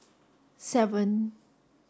seven